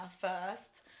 first